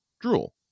drool